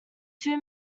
two